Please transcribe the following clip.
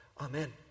Amen